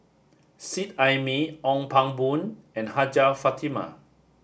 Seet Ai Mee Ong Pang Boon and Hajjah Fatimah